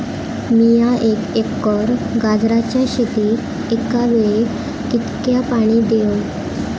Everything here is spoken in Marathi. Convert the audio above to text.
मीया एक एकर गाजराच्या शेतीक एका वेळेक कितक्या पाणी देव?